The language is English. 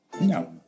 No